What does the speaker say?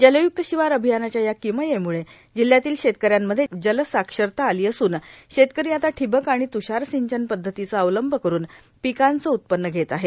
जलयुक्त शिवार र्आभयानाच्या या किमयेमुळे जिल्हयातील शेतकऱ्यांमध्ये जलसाक्षरता आलो असून शेतकरो आता ठिबक आर्गण तुषार र्संचन पध्दतीचा अवलंब करुन र्पिकांचं उत्पन्न घेत आहे